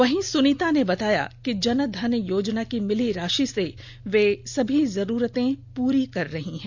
वहीं सुनीता ने बताया कि जनधन योजना की मिली राषि से वे सभी जरूरतें को पूरी कर रही है